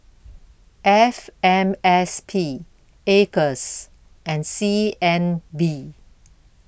F M S P Acres and C N B